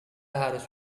harus